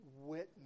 witness